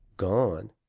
gone?